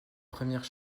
premières